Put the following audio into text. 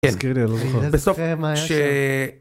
כן תזכיר לי אני לא זוכר מה היה שם כן בסוף ש...